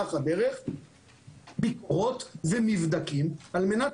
במהלך הדרך נדרשים מבדקים וביקורות על מנת